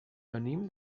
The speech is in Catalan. venim